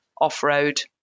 off-road